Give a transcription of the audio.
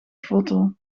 foto